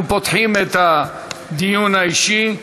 אנחנו פותחים את הדיון האישי.